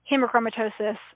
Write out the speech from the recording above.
hemochromatosis